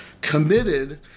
committed